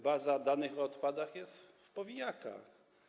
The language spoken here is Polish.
Baza danych o odpadach jest w powijakach.